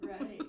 Right